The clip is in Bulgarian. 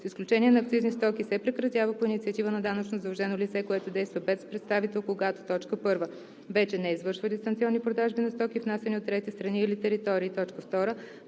изключение на акцизни стоки, се прекратява по инициатива на данъчно задължено лице, което действа без представител, когато: 1. вече не извършва дистанционни продажби на стоки, внасяни от трети страни или територии; 2. престане